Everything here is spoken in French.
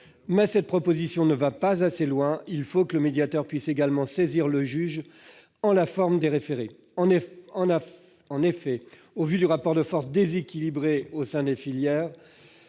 Mais une telle disposition ne va pas assez loin. Il faut également que le médiateur puisse saisir le juge en la forme des référés. En effet, au vu du rapport de force déséquilibré au sein des filières,